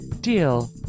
deal